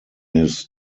his